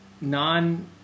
non